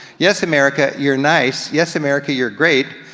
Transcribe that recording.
yes america, you're nice, yes america you're great,